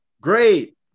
great